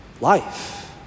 life